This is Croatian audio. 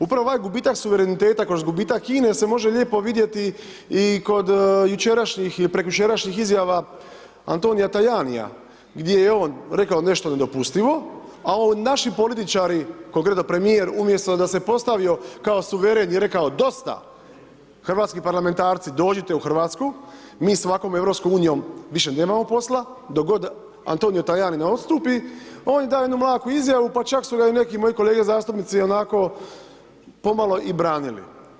Upravo ovaj gubitak suvereniteta kroz gubitak INA-e se može lijepo vidjeti i kod jučerašnjih i prekjučerašnjih izjava Antonija Tajanija gdje je on rekao nešto nedopustivo a naši političari konkretno premijer umjesto da se postavio kao suveren i rekao – dosta, hrvatski parlamentarci dođite u Hrvatsku, mi sa ovakvom Europskom unijom više nemamo posla dok god Antonio Tajani ne odstupi – on je dao jednu mlaku izjavu, pa čak su ga i neki moje kolege zastupnici onako pomalo i branili.